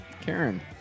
Karen